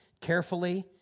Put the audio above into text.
carefully